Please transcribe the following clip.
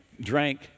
drank